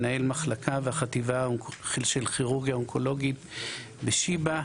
מנהל מחלקה והחטיבה כל כירורגיה אונקולוגית בשיבא,